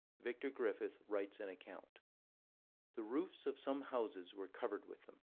vicar griffith writes an account the roofs of some houses were covered with them.